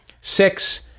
six